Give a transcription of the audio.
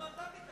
למה אתה ויתרת?